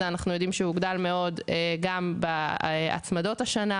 אנחנו יודעים שהוא הוגדל מאוד גם בהצמדות השנה,